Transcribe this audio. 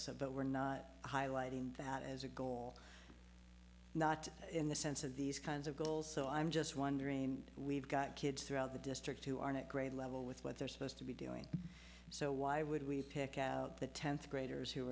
some but we're not highlighting that as a goal not in the sense of these kinds of goals so i'm just wondering we've got kids throughout the district who are not grade level with what they're supposed to be doing so why would we pick out the tenth graders who